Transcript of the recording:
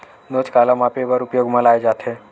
नोच काला मापे बर उपयोग म लाये जाथे?